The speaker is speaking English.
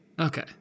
Okay